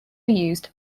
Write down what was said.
used